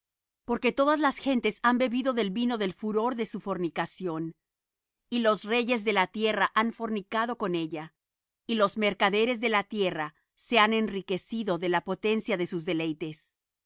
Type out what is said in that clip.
porque todas las gentes han bebido del vino del furor de su fornicación y los reyes de la tierra han fornicado con ella y los mercaderes de la tierra se han enriquecido de la potencia de sus deleites